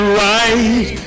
right